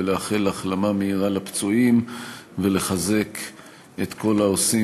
לאחל החלמה מהירה לפצועים ולחזק את כל העושים